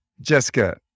Jessica